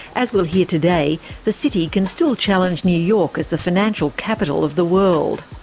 as we'll hear today, the city can still challenge new york as the financial capital of the world.